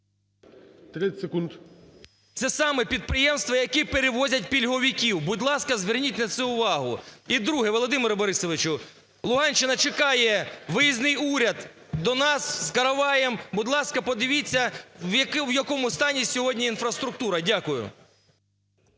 Це саме підприємства, які перевозять пільговиків. Будь ласка, зверніть на це увагу. І друге. Володимире Борисовичу, Луганщина чекає виїзний уряд до нас, з короваєм. Будь ласка, подивіться в якому стані сьогодні інфраструктура. Дякую.